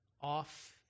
off